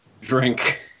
Drink